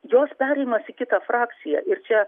jos perėjimas į kitą frakciją ir čia